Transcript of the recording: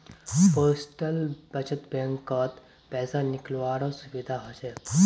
postal बचत बैंकत पैसा निकालावारो सुविधा हछ